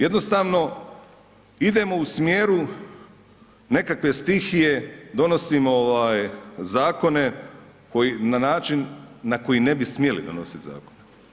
Jednostavno idemo u smjeru nekakve stihije, donosimo zakone na način na koji ne bi smjeli donosit zakone.